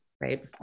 right